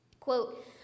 Quote